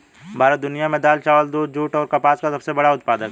भारत दुनिया में दाल, चावल, दूध, जूट और कपास का सबसे बड़ा उत्पादक है